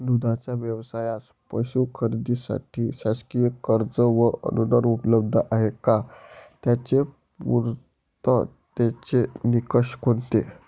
दूधाचा व्यवसायास पशू खरेदीसाठी शासकीय कर्ज व अनुदान उपलब्ध आहे का? त्याचे पूर्ततेचे निकष कोणते?